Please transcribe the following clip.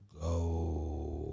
go